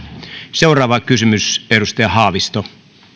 seuraava kysymys edustaja haavisto